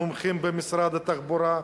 המומחים במשרד התחבורה.